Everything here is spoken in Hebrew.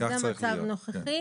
וזה המצב הנוכחי.